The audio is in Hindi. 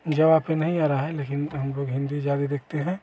जवा पर नहीं आ रहा है लेकिन हम लोग हिन्दी ज़्यादा देखते हैं